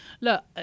Look